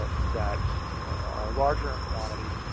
that are are larger in quantity,